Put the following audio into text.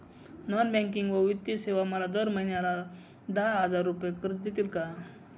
Non banking व वित्तीय सेवा मला दर महिन्याला दहा हजार रुपये कर्ज देतील का?